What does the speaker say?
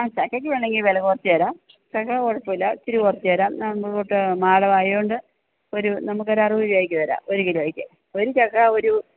ആ ചക്കക്ക് വേണമെങ്കിൽ വില കുറച്ചു തരാം വില കുറച്ചല്ലാ ഇത്തിരി കുറച്ചു തരാം നമ്മുടെ റൂട്ട് മലവാടികളുണ്ട് ഒരു നമുക്കൊരറുപത് രൂപയ്ക്ക് തരാം ഒരു കിലോയ്ക്ക് ഒരു ചക്ക ഒരു